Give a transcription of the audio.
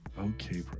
Okay